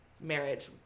marriage